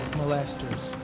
molesters